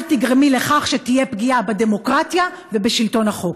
אל תגרמי לכך שתהיה פגיעה בדמוקרטיה ובשלטון החוק.